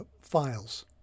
files